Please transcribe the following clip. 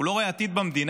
הוא לא רואה עתיד במדינה.